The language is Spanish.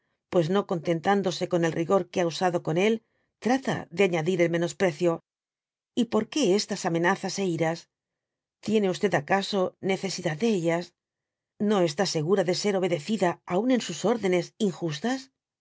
pues no contentándose con el rigor que ba usado con él trata de añadir el menosprecio y porqué estas amenazas é iras tiene acao necesidad de ella no está segura de ser obedecida aun en sus órdenes injustas